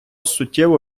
суттєво